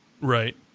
Right